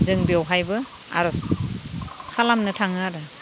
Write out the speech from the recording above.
जों बेवहायबो आरज खालामनो थाङो आरो